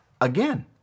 Again